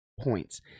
points